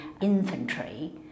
infantry